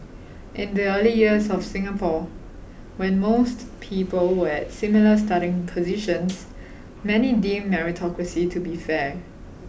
in the early years of Singapore when most people were at similar starting positions many deemed meritocracy to be fair